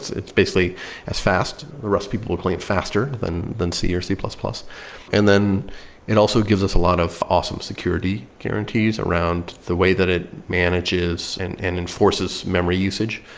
it's it's basically as fast. the rust people will clean it faster than than c or c plus plus and then it also gives us a lot of awesome security guarantees around the way that it manages and and enforces memory usage,